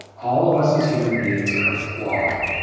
all of us as human beings are flawed.